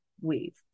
weave